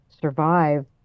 survive